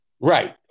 Right